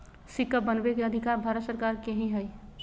सिक्का बनबै के अधिकार भारत सरकार के ही हइ